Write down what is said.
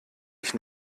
ich